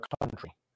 country